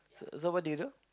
so so what did you do